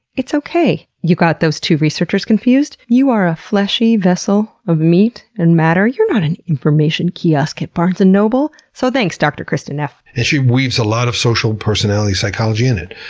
it's okay you got those two researchers confused. you are a fleshy vessel of meat and matter you're not an information kiosk at barnes and noble! so, thanks, dr. kristin neff! she weaves a lot of social personality psychology in it.